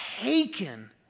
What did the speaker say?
taken